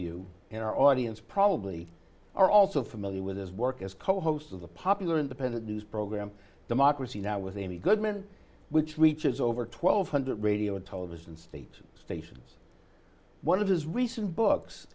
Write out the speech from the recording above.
you in our audience probably are also familiar with his work as co host of the popular independent news program democracy now with amy goodman which reaches over twelve hundred radio and television state stations one of his recent books